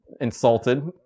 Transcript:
insulted